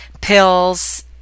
pills